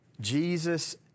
Jesus